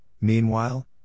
meanwhile